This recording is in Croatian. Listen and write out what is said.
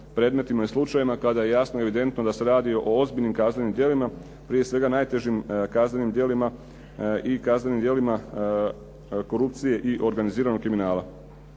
predmetima i slučajevima kada je jasno i evidentno da se radi o ozbiljnim kaznenim djelima, prije svega najtežim kaznenim djelima i kaznenim djelima korupcije i organiziranog kriminala.